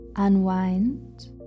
Unwind